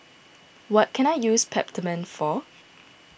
what can I use Peptamen for